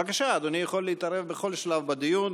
בבקשה, אדוני יכול להתערב בכל שלב בדיון.